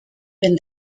been